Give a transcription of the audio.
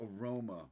aroma